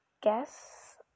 guess